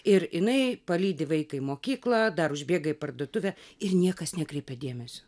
ir jinai palydi vaiką mokyklą dar užbėga į parduotuvę ir niekas nekreipia dėmesio